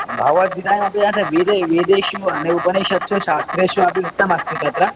भवद्गीतायामपि वेदे वेदेषु उपनिषत्सु शास्त्रेषु अपि उक्तमस्ति तत्र